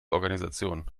organisation